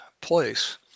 place